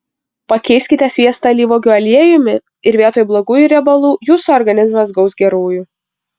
pakeiskite sviestą alyvuogių aliejumi ir vietoj blogųjų riebalų jūsų organizmas gaus gerųjų